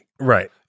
Right